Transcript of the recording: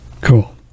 Cool